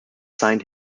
signed